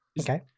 Okay